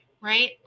right